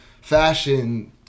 fashion